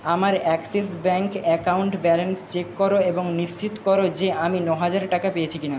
আমার Axis bank account balance check করো এবং নিশ্চিত করো যে আমি ন হাজার টাকা পেয়েছি কিনা